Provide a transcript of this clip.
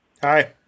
Hi